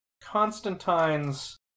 Constantine's